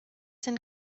sind